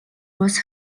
was